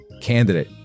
candidate